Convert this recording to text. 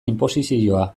inposizioa